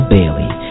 Bailey